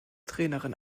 trainerin